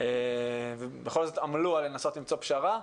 לכאן ועמלו בניסיון למצוא פשרה.